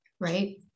right